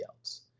else